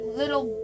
little